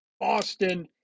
Austin